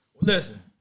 Listen